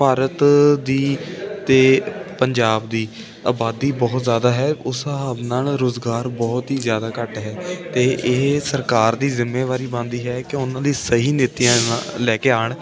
ਭਾਰਤ ਦੀ ਅਤੇ ਪੰਜਾਬ ਦੀ ਆਬਾਦੀ ਬਹੁਤ ਜ਼ਿਆਦਾ ਹੈ ਉਸ ਹਿਸਾਬ ਨਾਲ ਰੁਜ਼ਗਾਰ ਬਹੁਤ ਹੀ ਜ਼ਿਆਦਾ ਘੱਟ ਹੈ ਅਤੇ ਇਹ ਸਰਕਾਰ ਦੀ ਜਿੰਮੇਵਾਰੀ ਬਣਦੀ ਹੈ ਕਿ ਉਹਨਾਂ ਦੀ ਸਹੀ ਨੀਤੀਆਂ ਲੈ ਕੇ ਆਉਣ